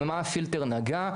במה הפילטר נגע,